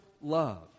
love